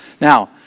Now